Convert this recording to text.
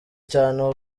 cyane